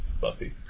Buffy